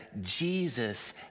Jesus